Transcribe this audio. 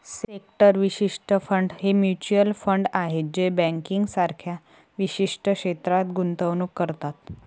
sector विशिष्ट fund हे mutual fund आहेत जे बँकिंग सारख्या विशिष्ट क्षेत्रात गुंतवणूक करतात